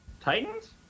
Titans